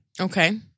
Okay